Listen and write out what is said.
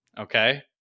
Okay